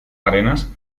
arenas